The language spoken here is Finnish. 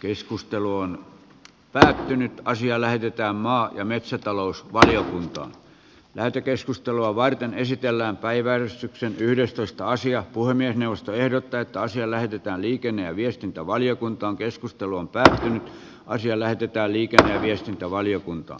keskustelu on päätynyt asia lähetetään maa ja metsätalousvaliokuntaan lähetekeskustelua varten esitellään päiväys on yhdestoista sija puhemiesneuvosto ehdottaa että asia lähetetään liikenne ja viestintävaliokuntan keskustelun pään asia lähetetään liiketaloja viestintävaliokunta